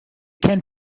can